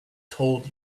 told